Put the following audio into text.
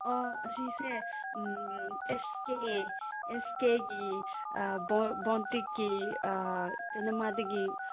ꯑꯣ ꯑꯁꯤꯁꯦ ꯑꯦꯁ ꯀꯦꯒꯤ ꯕꯣꯟꯇꯤꯛꯀꯤ ꯀꯩꯅꯣꯝꯃꯗꯒꯤ